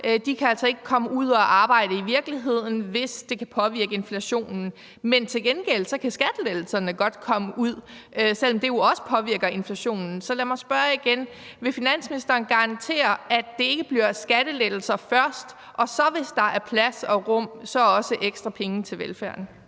kan altså ikke komme ud og arbejde i virkeligheden, hvis det kan påvirke inflationen. Men til gengæld kan skattelettelserne godt gives, selv om de jo også påvirker inflationen. Så lad mig spørge igen: Vil finansministeren garantere, at det ikke bliver skattelettelser først og så, hvis der er plads og rum, også ekstra penge til velfærden?